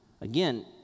Again